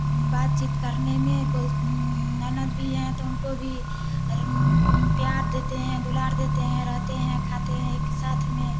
बातचीत करने में बहुत ननद भी है तो उनको भी प्यार देते हैं दुलार देते हैं रहते हैं खाते हैं एक ही साथ में